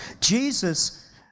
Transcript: Jesus